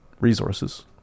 resources